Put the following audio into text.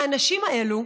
האנשים האלה,